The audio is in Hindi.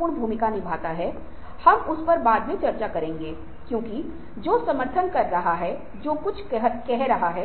नौकरी में हैं तो एक पेशेवर वातावरण है क्योंकि दुनिया लगातार बदल रही है